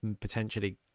potentially